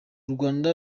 rwanda